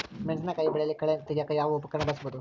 ಮೆಣಸಿನಕಾಯಿ ಬೆಳೆಯಲ್ಲಿ ಕಳೆ ತೆಗಿಯಾಕ ಯಾವ ಉಪಕರಣ ಬಳಸಬಹುದು?